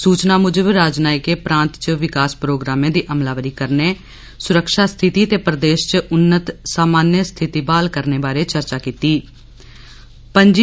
सूचना मुजब राजनियकें प्रांत इच विकास प्रोग्रामें दी अमलाबरी करने सुरक्षा स्थिति ते प्रदेश इच उन्नत सामान्य स्थिति बहाल करने बारे चर्चा किती